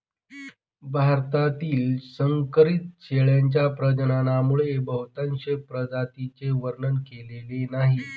भारतातील संकरित शेळ्यांच्या प्रजननामुळे बहुतांश प्रजातींचे वर्णन केलेले नाही